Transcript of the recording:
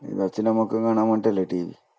ഈ അച്ഛനും അമ്മക്കും കാണാൻ വേണ്ടിയിട്ടല്ലേ ടി വി